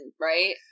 right